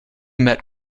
met